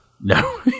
No